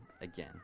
again